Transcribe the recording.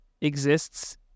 exists